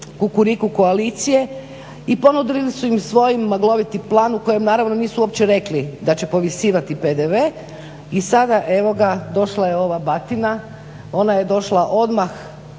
Kukuriku koalicije i ponudili su im svoj magloviti plan u kojem naravno nisu uopće rekli da će povisivati PDV i sada evo došla je ova batina, ona je došla odmah